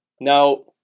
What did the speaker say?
Now